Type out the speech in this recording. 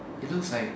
it's looks like